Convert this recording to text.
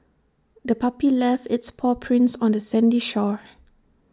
the puppy left its paw prints on the sandy shore